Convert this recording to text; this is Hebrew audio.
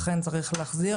אכן צריך להחזיר,